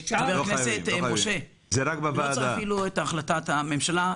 לא צריך אפילו החלטת ממשלה.